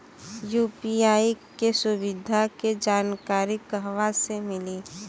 UPI के सुविधा के जानकारी कहवा से मिली?